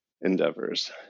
endeavors